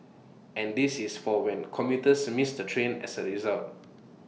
and this is for when commuters miss the train as A result